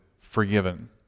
forgiven